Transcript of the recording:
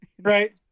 Right